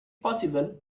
possible